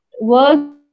work